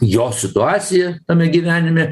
jo situacija tame gyvenime